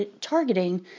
targeting